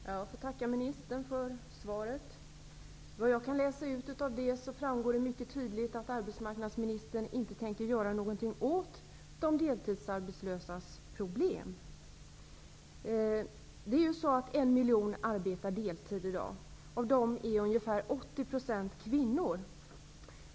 Herr talman! Jag tackar ministern för svaret. Det framgår mycket tydligt av det att arbetsmarknadsministern inte tänker göra något åt de deltidsarbetslösas problem. I dag är det en miljon människor som arbetar deltid. Av dem är ungefär 80 % kvinnor.